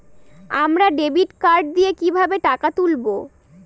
আমরা debit card দিয়ে কিভাবে টাকা তুলবো?